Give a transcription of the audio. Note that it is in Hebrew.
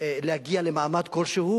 להגיע למעמד כלשהו,